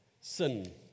sin